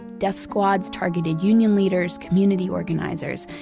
death squads targeted union leaders, community organizers,